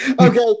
Okay